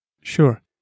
Sure